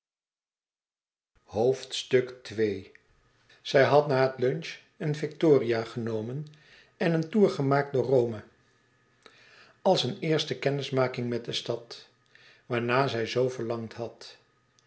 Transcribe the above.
zij had na het lunch een victoria genomen en een toer gemaakt door rome als een eerste kennismaking met de stad e ids aargang waarnaar zij zoo verlangd had